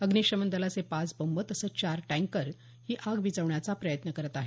अग्निशमन दलाचे पाच बंब तसंच चार टँकर ही आग विझवण्याचा प्रयत्न करत आहेत